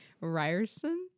Ryerson